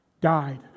died